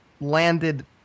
landed